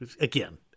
again